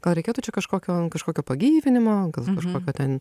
gal reikėtų čia kažkokio kažkokio pagyvinimo gal kažkokio ten